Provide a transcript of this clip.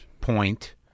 point